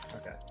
Okay